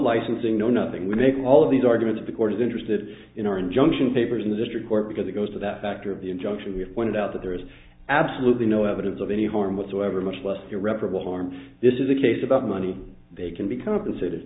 licensing no nothing making all of these arguments because interested in our injunction papers in the district court because it goes to that factor of the injunction we have pointed out that there is absolutely no evidence of any harm whatsoever much less irreparable harm this is a case about money they can be compensated